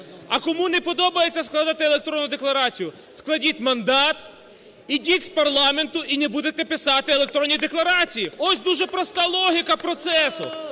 А кому не подобається складати електронну декларацію, складіть мандат, ідіть з парламенту - і не будете писати електронні декларації. Ось дуже проста логіка процесу.